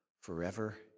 forever